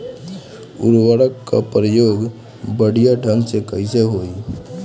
उर्वरक क प्रयोग बढ़िया ढंग से कईसे होई?